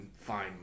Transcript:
fine